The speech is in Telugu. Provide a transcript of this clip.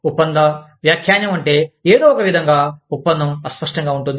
ఒప్పంద వ్యాఖ్యానం అంటే ఏదో ఒకవిధంగా ఒప్పందం అస్పష్టంగా ఉంటుంది